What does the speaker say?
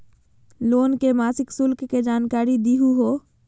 Loan के मासिक शुल्क के जानकारी दहु हो?